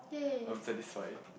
I'm satisfied